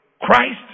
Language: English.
Christ